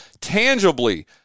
tangibly